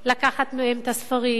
לקחת מהם את הספרים,